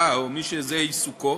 1974,